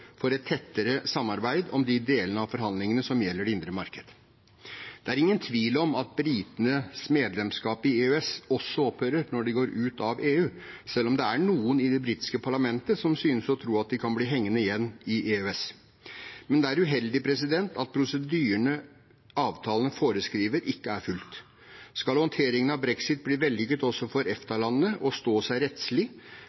for et tettere samarbeid om de delene av forhandlingene som gjelder det indre marked. Det er ingen tvil om at britenes medlemskap i EØS også opphører når de går ut av EU, selv om det er noen i det britiske parlamentet som synes å tro at de kan bli «hengende igjen» i EØS. Men det er uheldig at prosedyrene avtalen foreskriver, ikke er fulgt. Skal håndteringen av brexit bli vellykket også for